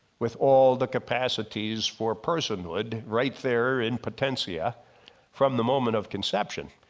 with all the capacities for personhood right there in potentia from the moment of conception,